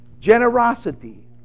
generosity